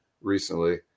recently